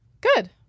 Good